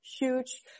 huge